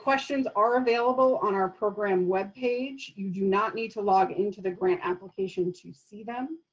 questions are available on our program web page. you do not need to log into the grant application to see them.